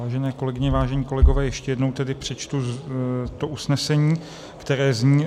Vážené kolegyně, vážení kolegové, ještě jednou tedy přečtu usnesení, které zní: